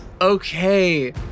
Okay